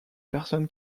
personne